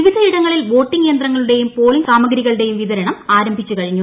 വിവിധയിടങ്ങളിൽ വോട്ടിങ് യന്ത്രങ്ങളുടെയും പോളിങ് സാമഗ്രികളുടെയും വിതരണം ആരംഭിച്ചു കഴിഞ്ഞു